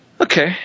Okay